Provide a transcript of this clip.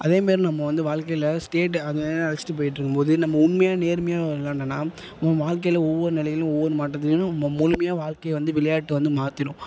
அதேமாரி நம்ம வந்து வாழ்க்கையில் ஸ்டேட் அந்த அழைச்சிட்டு பெயிட்டிருக்கும்போது நம்ம உண்மையாக நேர்மையாக விளாண்டோன்னா ஓன்று வாழ்க்கையில் ஒவ்வொரு நிலையிலும் ஒவ்வொரு மாற்றத்தையும் மொ முழுமையாக வாழ்க்கையை வந்து விளையாட்டை வந்து மாத்திடும்